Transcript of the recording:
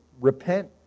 repent